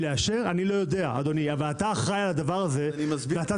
אני לא יודע אבל אתה אחראי על הדבר הזה ואתה